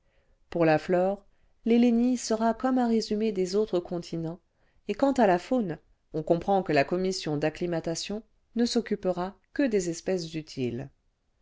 pour la flore l'hélénie sera comme un résumé des autres continents et quant à la faune on comprend que la commission d'acclimatation ne s'occupera que des espèces utiles